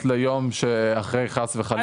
בוודאי שיש תכניות ליום שאחרי רעידת אדמה.